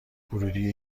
ورودی